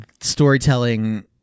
storytelling